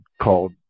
called